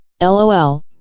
LOL